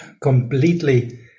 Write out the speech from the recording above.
completely